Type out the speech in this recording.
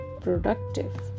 productive